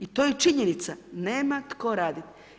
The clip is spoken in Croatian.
I to je činjenica nema tko raditi.